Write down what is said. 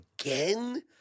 again